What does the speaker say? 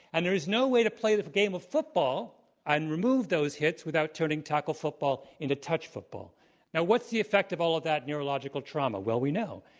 and there is no way to play this game of football and remove those hits without turning tackle football into touch now, what's the effect of all of that neurological trauma? well, we know.